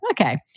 okay